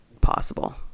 possible